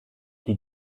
die